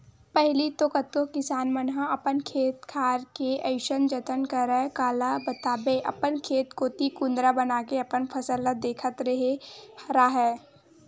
पहिली तो कतको किसान मन ह अपन खेत खार के अइसन जतन करय काला बताबे अपन खेत कोती कुदंरा बनाके अपन फसल ल देखत रेहे राहय